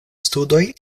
studoj